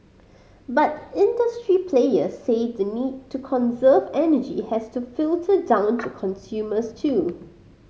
but industry players say the need to conserve energy has to filter down to consumers too